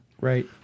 Right